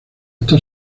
está